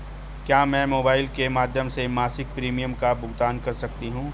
क्या मैं मोबाइल के माध्यम से मासिक प्रिमियम का भुगतान कर सकती हूँ?